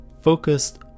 focused